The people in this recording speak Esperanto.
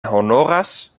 honoras